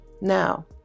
Now